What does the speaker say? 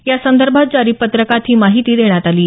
यासंदर्भात जारी पत्रकात ही माहिती देण्यात आली आहे